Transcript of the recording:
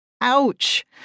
Ouch